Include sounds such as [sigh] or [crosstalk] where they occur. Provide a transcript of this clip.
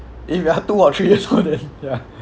if you are two or three [noise] years old then ya